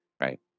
right